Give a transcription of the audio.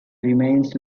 remains